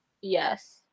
Yes